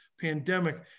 pandemic